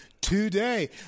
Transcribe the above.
today